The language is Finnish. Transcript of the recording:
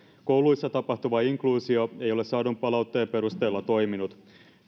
kouluissa tapahtuva inkluusio ei ole saadun palautteen perusteella toiminut